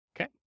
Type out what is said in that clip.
okay